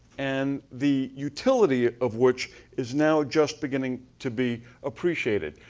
and the utility of which is now just beginning to be appreciated.